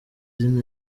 izina